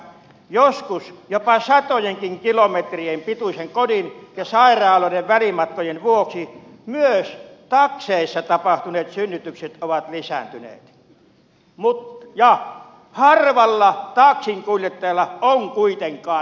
joskus jopa satojenkin kilometrien pituisten kodin ja sairaaloiden välimatkojen vuoksi myös takseissa tapahtuneet synnytykset ovat lisääntyneet ja harvalla taksinkuljettajalla on kuitenkaan kätilön koulutus